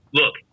look